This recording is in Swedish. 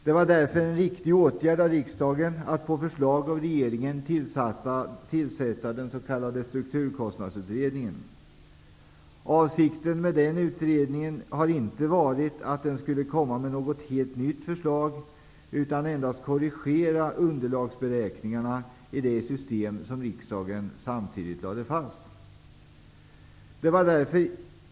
Det var därför en riktig åtgärd av riksdagen att på förslag från regeringen tillsätta den s.k. strukturkostnadsutredningen. Avsikten med den utredningen har inte varit att den skulle komma med något helt nytt förslag utan endast korrigera underlagsberäkningarna i det system som riksdagen samtidigt antog.